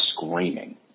screaming